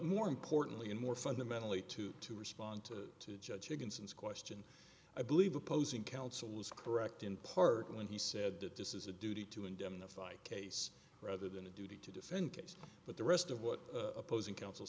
more importantly and more fundamentally to to respond to to judge chicken since question i believe opposing counsel is correct in part when he said that this is a duty to indemnify case rather than a duty to defend case but the rest of what opposing counsel